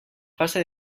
fase